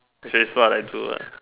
this is what I do what